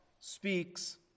speaks